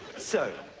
so,